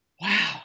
wow